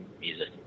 music